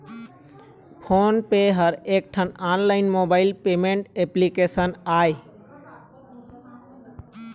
phone पे ह एकठन online mobile payment application आय